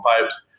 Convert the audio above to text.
pipes